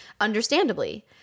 Understandably